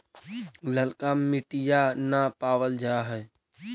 ललका मिटीया न पाबल जा है?